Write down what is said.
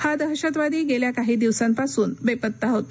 हा दहशतवादी गेल्या काही दिवसांपासून बेपत्ता होता